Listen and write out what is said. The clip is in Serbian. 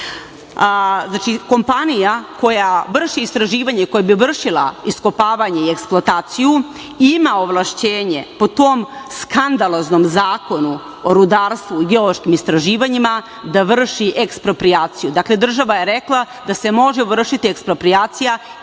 Znači, kompanija koja vrši istraživanje, koja bi vršila iskopavanje i eksploataciju ima ovlašćenje po tom skandaloznom Zakonu o rudarstvu i geološkim istraživanjima, da vrši eksproprijaciju. Dakle, država je rekla da se može vršiti eksproprijacija